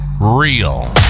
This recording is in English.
real